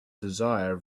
desire